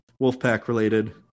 Wolfpack-related